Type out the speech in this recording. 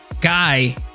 guy